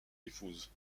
épouse